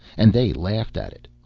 and they laughed at it.